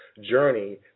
journey